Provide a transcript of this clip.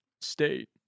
state